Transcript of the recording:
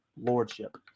lordship